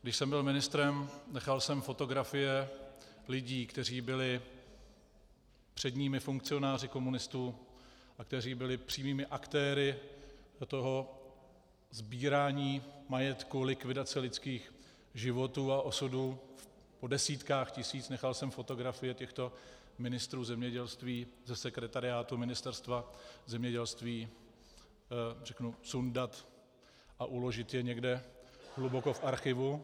Když jsem byl ministrem, nechal jsem fotografie lidí, kteří byli předními funkcionáři komunistů a kteří byli přímými aktéry sbírání majetku, likvidace lidských životů a osudů po desítkách tisíc, nechal jsem fotografie těchto ministrů zemědělství ze sekretariátu Ministerstva zemědělství sundat a uložit je někde hluboko v archivu.